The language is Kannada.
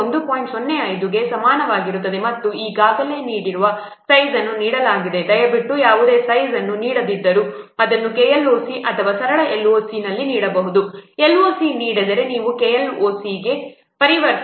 05 ಗೆ ಸಮನಾಗಿರುತ್ತದೆ ಮತ್ತು ಈಗಾಗಲೇ ನೀಡಿರುವ ಸೈಜ್ ಅನ್ನು ನೀಡಲಾಗಿದೆ ದಯವಿಟ್ಟು ಯಾವುದೇ ಸೈಜ್ ಅನ್ನು ನೀಡಿದ್ದರೂ ಅದನ್ನು KLOC ಅಥವಾ ಸರಳ LOC ನಲ್ಲಿ ನೀಡಬಹುದು LOC ನೀಡಿದರೆ ನೀವು KLOC ಆಗಿ ಪರಿವರ್ತಿಸುತ್ತೀರಿ